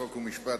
חוק ומשפט,